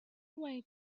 away